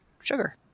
sugar